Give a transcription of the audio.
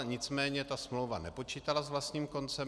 Nicméně ta smlouva nepočítala s vlastním koncem.